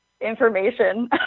information